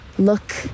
look